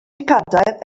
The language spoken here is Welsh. cadair